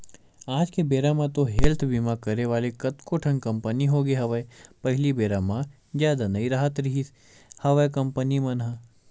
आज के बेरा म तो हेल्थ बीमा करे वाले कतको ठन कंपनी होगे हवय पहिली बेरा म जादा नई राहत रिहिस हवय कंपनी मन ह